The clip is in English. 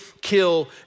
kill